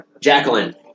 Jacqueline